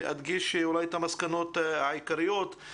אדגיש את המסקנות העיקריות.